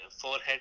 forehead